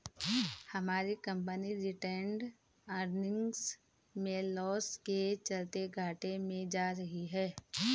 हमारी company retained earnings में loss के चलते घाटे में जा रही है